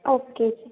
okay ਜੀ